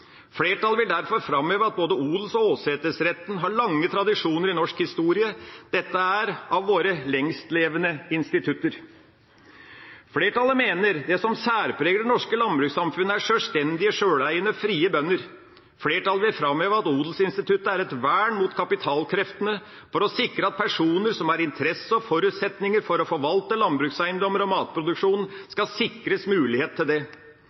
Flertallet vil derfor framheve at både odels- og åsetesretten har lange tradisjoner i norsk historie. Dette er av våre lengstlevende institutter. Flertallet mener det som særpreger det norske landbrukssamfunnet, er sjølstendige, sjøleiende, frie bønder. Flertallet vil framheve at odelsinstituttet er et vern mot kapitalkreftene for å sikre at personer som har interesse og forutsetninger for å forvalte landbrukseiendommer og matproduksjon, skal sikres mulighet til det.